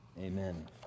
amen